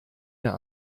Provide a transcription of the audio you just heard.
mehr